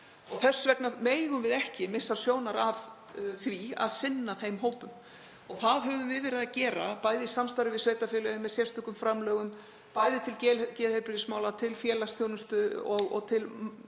Þess vegna megum við ekki missa sjónar á því að sinna þeim hópum og það höfum við verið að gera, bæði í samstarfi við sveitarfélögin, með sérstökum framlögum, til geðheilbrigðismála, til félagsþjónustu og til barna,